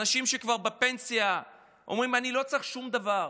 אנשים שכבר בפנסיה ואומרים: אני לא צריך שום דבר,